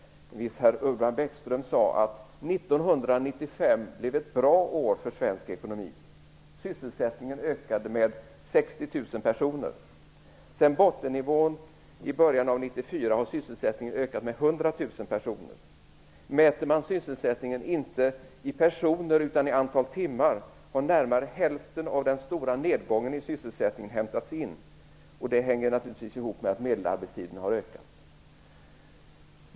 En viss herr Urban Bäckström sade följande: 1995 blev ett bra år för svensk ekonomi. Sysselsättningen ökade med har sysselsättningen ökat med 100 000 personer. Mäter man sysselsättningen i antal timmar och inte i personer har närmare hälften av den stora nedgången i sysselsättningen hämtats in. Det hänger naturligtvis ihop med att medelarbetstiden har ökat.